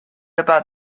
about